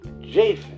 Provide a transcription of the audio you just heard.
Japheth